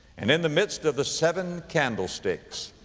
and in the midst of the seven candlesticks,